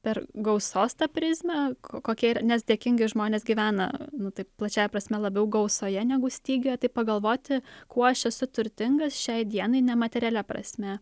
per gausos tą prizmę kokia ir nes dėkingi žmonės gyvena nu tai plačiąja prasme labiau gausoje negu stygiuje tai pagalvoti kuo aš esu turtingas šiai dienai ne materialia prasme